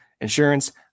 insurance